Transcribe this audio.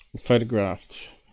photographed